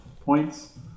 points